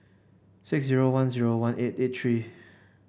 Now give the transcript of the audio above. six zero one zero one eight eight three